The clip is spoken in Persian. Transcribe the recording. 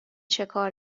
چکار